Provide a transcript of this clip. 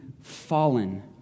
fallen